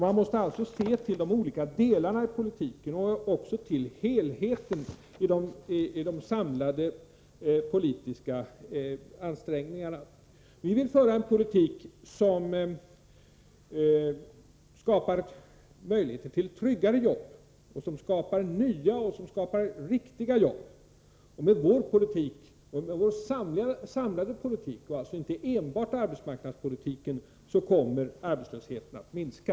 Man måste alltså se till de olika delarna i politiken och också till helheten i de samlade politiska ansträngningarna. Vi vill föra en politik som skapar möjligheter till tryggare jobb och som skapar nya och riktiga jobb. Med vår samlade politik, alltså inte enbart arbetsmarknadspolitiken, kommer arbetslösheten att minska.